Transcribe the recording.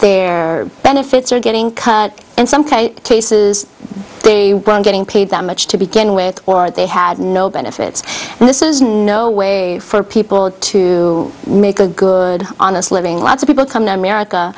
their benefits are getting cut in some cases they getting paid that much to begin with or they had no benefits and this is no way for people to make a good honest living lots of people come to america